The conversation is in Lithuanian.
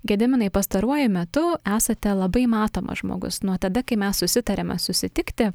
gediminai pastaruoju metu esate labai matomas žmogus nuo tada kai mes susitarėme susitikti